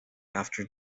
after